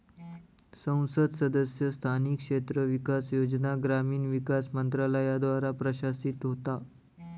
संसद सदस्य स्थानिक क्षेत्र विकास योजना ग्रामीण विकास मंत्रालयाद्वारा प्रशासित होता